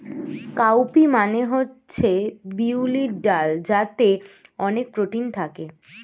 cow P মানে হচ্ছে বিউলির ডাল যাতে অনেক প্রোটিন থাকে